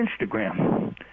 Instagram